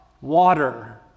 water